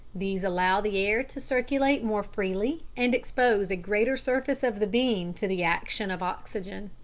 these allow the air to circulate more freely and expose a greater surface of the bean to the action of oxygen.